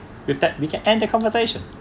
with that we can end the conversation